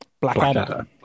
Blackadder